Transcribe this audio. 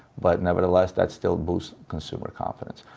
but nevertheless, that still boosts consumer confidence.